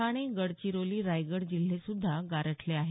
ठाणे गडचिरोली रायगड जिल्हे सुद्धा गारठले आहेत